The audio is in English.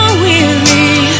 weary